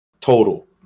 total